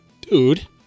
Dude